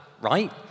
right